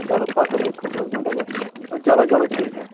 چَلو پَکھ حظ ہے کھٔسِو حظ گھنٹا گَر چَلو چَلو ٹھیک ہے